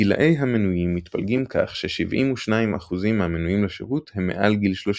גילאי המנויים מתפלגים כך ש-72% מהמנויים לשירות הם מעל גיל 30,